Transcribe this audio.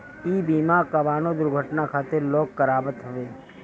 इ बीमा कवनो दुर्घटना खातिर लोग करावत हवे